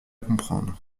comprendre